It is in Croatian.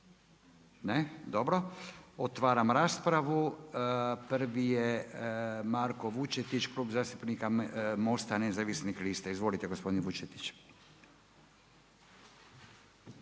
Ne. Dobro. Otvaram raspravu. Prvi je Marko Vučetić, Klub zastupnika MOST-a nezavisnih lista. Izvolite gospodine Vučetić.